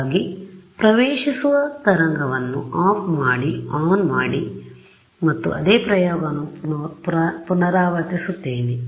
ಹಾಗಾಗಿ ಪ್ರವೇಶಿಸುವ ತರಂಗವನ್ನು ಆಫ್ ಮಾಡಿ ಆನ್ ಮಾಡಿ ಮತ್ತು ಅದೇ ಪ್ರಯೋಗವನ್ನು ಪುನರಾವರ್ತಿಸುತ್ತೇನೆ